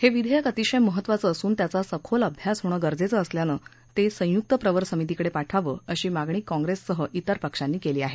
हे विधेयक अतिशय महत्त्वाचं असून त्याचा सखोल अभ्यास होणं गरजेचं असल्यानं ते संयुक्त प्रवर समितीकडे पाठवावं अशी मागणी काँप्रेससह इतर पक्षांनी केली आहे